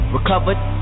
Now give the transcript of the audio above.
Recovered